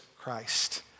Christ